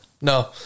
No